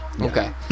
Okay